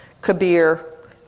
Kabir